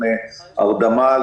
לפני הרדמה,